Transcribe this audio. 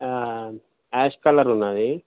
ash colour ఉంది